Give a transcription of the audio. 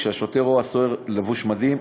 כשהשוטר או הסוהר לבוש מדים,